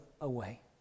away